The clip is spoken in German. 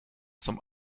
zum